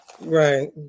right